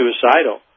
suicidal